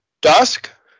dusk